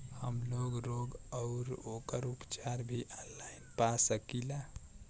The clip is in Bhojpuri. हमलोग रोग अउर ओकर उपचार भी ऑनलाइन पा सकीला?